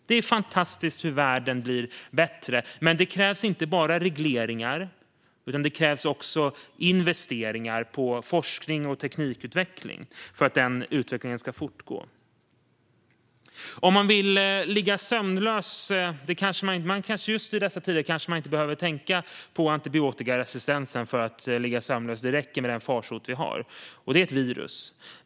Det är fantastiskt hur världen blir bättre. För det krävs inte bara regleringar utan också investeringar i forskning och teknikutveckling för att detta ska fortgå. Just i dessa tider behöver man kanske inte tänka på antibiotikaresistens för att ligga sömnlös. Det räcker med den farsot - det virus - vi har.